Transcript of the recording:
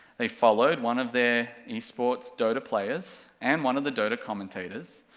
they followed one of their esports dota players, and one of the dota commentators,